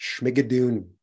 schmigadoon